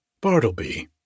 Bartleby